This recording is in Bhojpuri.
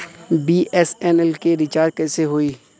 बी.एस.एन.एल के रिचार्ज कैसे होयी?